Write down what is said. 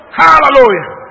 hallelujah